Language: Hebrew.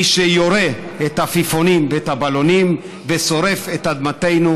מי שיורה את העפיפונים ואת הבלונים ושורף את אדמתו,